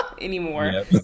anymore